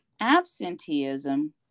absenteeism